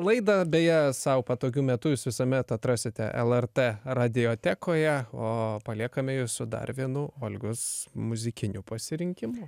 laidą beje sau patogiu metu jūs visuomet atrasite lrt radiotekoje o paliekame jus su dar vienu olgos muzikiniu pasirinkimu